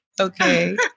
Okay